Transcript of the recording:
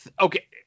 Okay